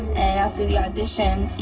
after the audition,